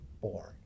born